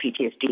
PTSD